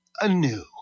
anew